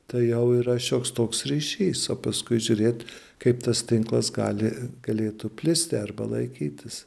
tai jau yra šioks toks ryšys o paskui žiūrėt kaip tas tinklas gali galėtų plisti arba laikytis